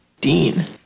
Dean